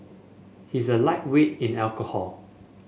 he is a lightweight in alcohol